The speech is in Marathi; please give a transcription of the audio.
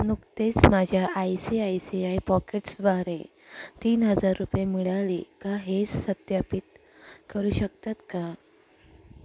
नुकतेच माझ्या I C I C I पॉकेट्सद्वारे तीन हजार रुपये मिळाले का हे सत्यापित करू शकतात का